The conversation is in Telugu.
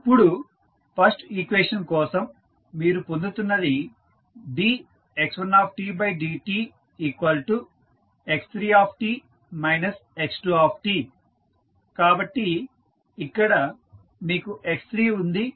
ఇప్పుడు ఫస్ట్ ఈక్వేషన్ కోసం మీరు పొందుతున్నది dx1dtx3t x2 కాబట్టి ఇక్కడ మీకు x3 ఉంది